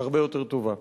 הרבה יותר טובה.